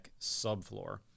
subfloor